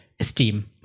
Steam